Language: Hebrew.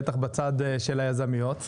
בטח בצד של היזמיות,